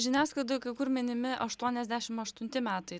žiniasklaidoj kur minimi aštuoniasdešim aštunti metai